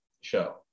show